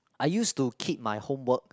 I used to keep my homework